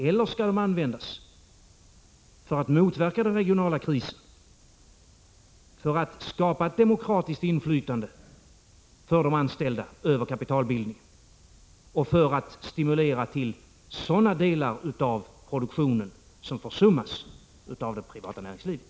Eller skall de användas för att motverka den regionala krisen, för att skapa ett demokratiskt inflytande för de anställda över kapitalbildningen och för att stimulera sådana delar av produktionen som försummas av det privata näringslivet?